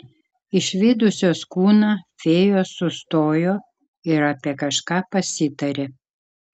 išvydusios kūną fėjos sustojo ir apie kažką pasitarė